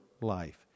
life